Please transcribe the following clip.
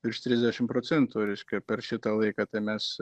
virš trisdešim procentų reiškia per šitą laiką tai mes